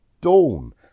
dawn